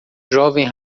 jovem